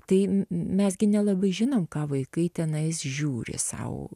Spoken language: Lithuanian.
tai mes gi nelabai žinom ką vaikai tenai žiūri sau